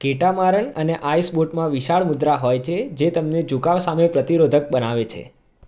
catamaran અને આઈસબોટમાં વિશાળ મુદ્રા હોય છે જે તેમને ઝુકાવ સામે પ્રતિરોધક બનાવે છે